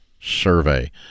survey